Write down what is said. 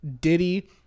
Diddy